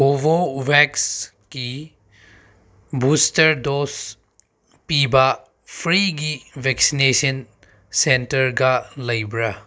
ꯀꯣꯕꯣꯕꯦꯛꯁꯀꯤ booster dose ꯄꯤꯕ ꯐ꯭ꯔꯤꯒꯤ vaccination ꯁꯦꯟꯇꯔꯒ ꯂꯩꯕ꯭ꯔ